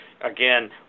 again